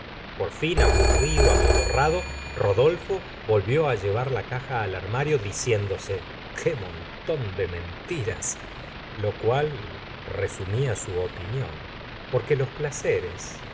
por fin aburrido amodorrado rodolfo volvió á llevar la caja al armario diciéndose qué montón de mentiras lo cual resumía su opinión porque los placeres